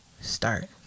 start